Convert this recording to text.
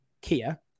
Kia